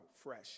fresh